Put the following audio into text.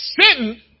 sitting